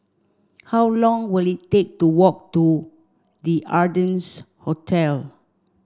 how long will it take to walk to The Ardennes Hotel